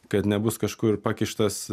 kad nebus kažkur pakištas